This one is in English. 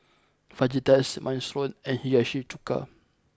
Fajitas Minestrone and Hiyashi Chuka